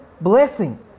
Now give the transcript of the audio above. blessing